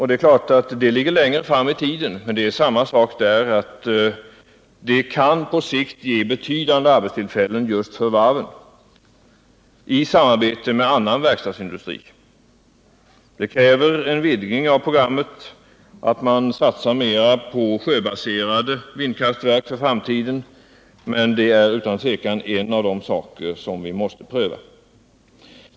Det ligger längre fram i tiden men det är samma sak som gäller, nämligen att det på sikt kan ge betydande arbetstillfällen just för varven i samarbete med annan verkstadsindustri. Det kräver en vidgning av programmet. Man får satsa mer på sjöbaserade vindkraftverk för framtiden, men det är utan tvivel en av de saker vi måste pröva.